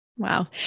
Wow